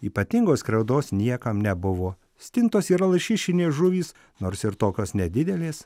ypatingos skriaudos niekam nebuvo stintos yra lašišinės žuvys nors ir tokios nedidelės